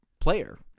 player